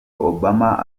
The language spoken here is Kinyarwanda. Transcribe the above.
obama